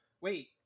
wait